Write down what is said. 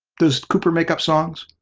does cooper make up songs?